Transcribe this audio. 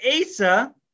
Asa